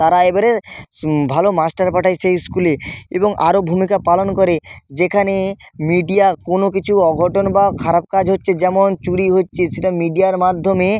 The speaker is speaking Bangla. তারা এবারে ভালো মাস্টার পাঠায় সেই স্কুলে এবং আরও ভূমিকা পালন করে যেখানে মিডিয়া কোনও কিছু অঘটন বা খারাপ কাজ হচ্ছে যেমন চুরি হচ্ছে সেটা মিডিয়ার মাধ্যমে